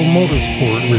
Motorsport